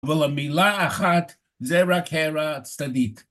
ולמילה אחת זה רק הערה צדדית.